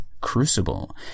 Crucible